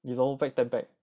你怎么 pack tent pack